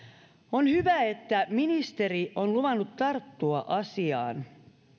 on hyvä että ministeri on luvannut tarttua asiaan